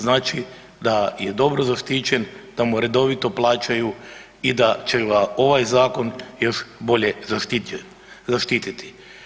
Znači da je dobro zaštićen, da mu redovito plaćaju i da će ga ovaj zakon još bolje zaštititi.